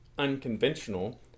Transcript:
Unconventional